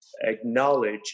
acknowledge